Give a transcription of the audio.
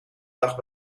dag